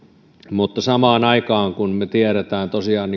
mutta samaan aikaan kun me tiedämme tosiaan